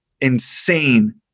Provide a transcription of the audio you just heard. insane –